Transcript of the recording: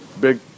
Big